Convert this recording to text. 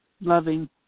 loving